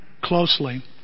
closely